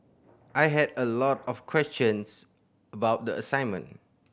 I had a lot of questions about the assignment